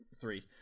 three